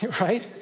right